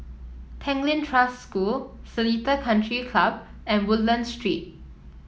Tanglin Trust School Seletar Country Club and Woodlands Street